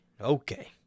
Okay